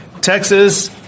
Texas